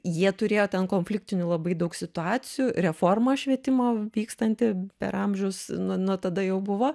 jie turėjo ten konfliktinių labai daug situacijų reformą švietimo vykstanti per amžius nuo nuo tada jau buvo